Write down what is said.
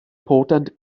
potent